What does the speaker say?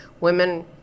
women